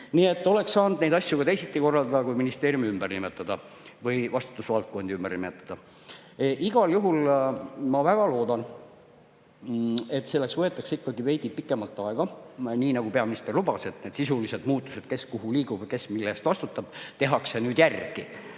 Nii et oleks saanud neid asju ka teisiti korraldada kui ministeeriumi või vastutusvaldkondi ümber nimetades. Igal juhul ma väga loodan, et võetakse ikkagi veidi pikemalt aega, nii nagu peaminister lubas, nii et sisulised muutused, et kes kuhu liigub ja kes mille eest vastutab, tehakse nüüd ära,